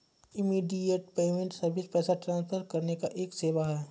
immediate payment service पैसा transfer करने का एक सेवा है